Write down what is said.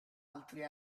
altri